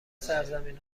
سرزمین